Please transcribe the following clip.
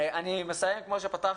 אני מסיים, כמו שפתחתי.